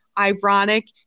ironic